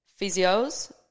physios